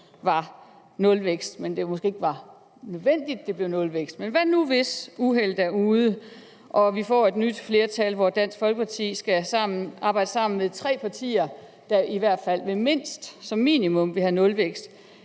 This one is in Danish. var nulvækst, men at det måske ikke var nødvendigt, at det blev nulvækst. Men hvad nu, hvis uheldet er ude, og vi får et nyt flertal, hvor Dansk Folkeparti skal arbejde sammen med tre partier, der i hvert fald mindst som minimum vil have nulvækst,